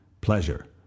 Pleasure